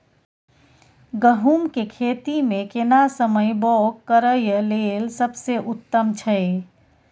गहूम के खेती मे केना समय बौग करय लेल सबसे उत्तम छै?